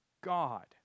God